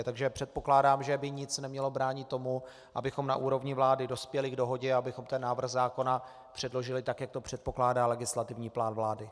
Takže předpokládám, že by nic nemělo bránit tomu, abychom na úrovni vlády dospěli k dohodě, abychom ten návrh zákona předložili tak, jak to předpokládá legislativní plán vlády.